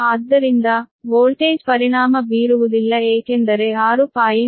ಆದ್ದರಿಂದ ವೋಲ್ಟೇಜ್ ಪರಿಣಾಮ ಬೀರುವುದಿಲ್ಲ ಏಕೆಂದರೆ 6